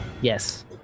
yes